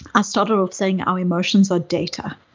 i started off saying our emotions are data.